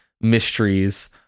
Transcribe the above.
mysteries